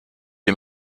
les